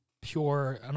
pure